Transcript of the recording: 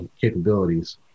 capabilities